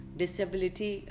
disability